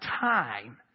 time